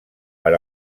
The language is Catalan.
per